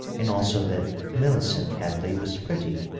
and also that millicent hadley was pretty.